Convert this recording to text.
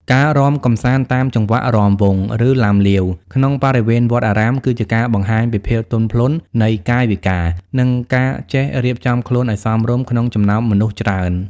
ការរាំកម្សាន្តតាមចង្វាក់រាំវង់ ឬឡាំលាវ ក្នុងបរិវេណវត្តអារាម គឺជាការបង្ហាញពីភាពទន់ភ្លន់នៃកាយវិការ និងការចេះរៀបចំខ្លួនឱ្យសមរម្យក្នុងចំណោមមនុស្សច្រើន។